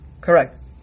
correct